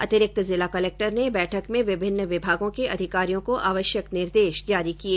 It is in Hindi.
अतिरिक्त जिला कलेक्टर ने बैठक में विभिन्न विभागों के अधिकारियों को आवश्यक निर्देश जारी किए